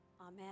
Amen